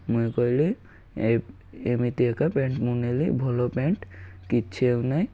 ମୁଇଁ କହିଲି ଏମିତି ଏକା ପ୍ୟାଣ୍ଟ ମୁଁ ନେଲି ଭଲ ପ୍ୟାଣ୍ଟ କିଛି ଆଉ ନାଇଁ